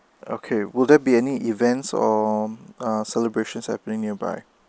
okay will there be any events or uh celebrations happening nearby